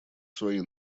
свои